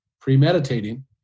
premeditating